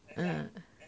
mm